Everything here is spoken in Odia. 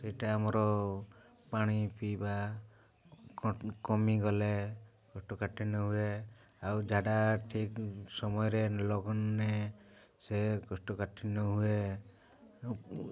ସେଇଟା ଆମର ପାଣି ପିଇବା କମି ଗଲେ କୋଷ୍ଠକାଠିନ୍ୟ ହୁଏ ଆଉ ଝାଡ଼ା ଠିକ୍ ସମୟରେ ନ ଗଲେ ସେ କୋଷ୍ଠକାଠିନ୍ୟ ହୁଏ